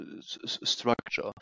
structure